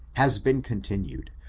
has been continued,